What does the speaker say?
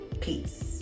Peace